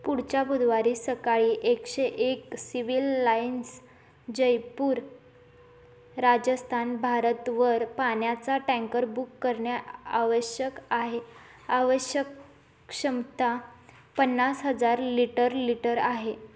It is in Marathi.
पुढच्या बुधवारी सकाळी एकशे एक सिव्हिल लाईन्स जयपूर राजस्थान भारतवर पाण्याचा टँकर बुक करणे आवश्यक आहे आवश्यक क्षमता पन्नास हजार लिटर लिटर आहे